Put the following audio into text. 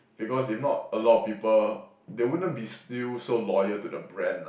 because if not a lot of people they wouldn't be still so loyal to the brand lah